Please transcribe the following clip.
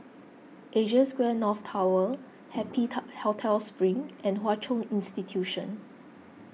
Asia Square North Tower Happy Hotel Spring and Hwa Chong Institution